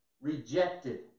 Rejected